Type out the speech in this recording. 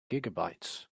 gigabytes